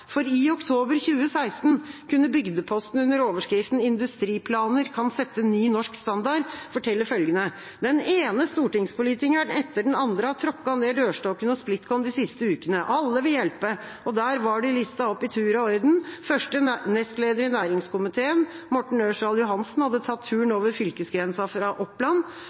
for i oktober 2016 kunne Bygdeposten under nettoverskriften «Industriplaner kan sette ny norsk standard» fortelle følgende: «Den ene stortingspolitikeren etter den andre har tråkket ned dørstokken hos Splitkon de siste ukene. Alle vil hjelpe.» Og der var de listet opp i tur og orden: Første nestleder i næringskomiteen, Morten Ørsal Johansen, hadde tatt turen over fylkesgrensa fra Oppland,